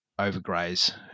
overgraze